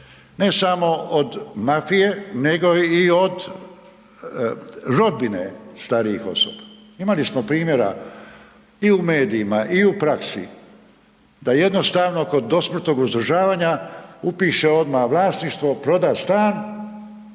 Ne samo od mafije nego i od rodbine starijih osoba. Imali smo primjera i u medijima i u praksi da jednostavno kod dosmrtnog uzdržavanja upiše odmah vlasništvo, proda stan